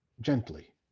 gently